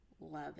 love